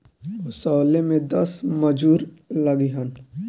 ओसवले में दस मजूर लगिहन